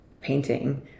painting